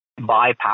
bypass